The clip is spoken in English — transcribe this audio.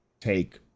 take